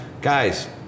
Guys